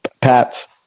Pat's